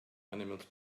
animals